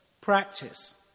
practice